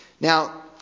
now